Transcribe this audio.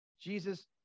Jesus